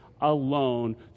alone